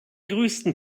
größten